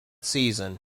season